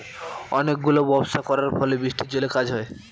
অনেক গুলো ব্যবস্থা করার ফলে বৃষ্টির জলে কাজ হয়